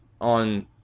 on